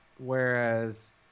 Whereas